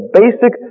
basic